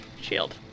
shield